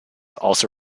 also